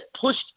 pushed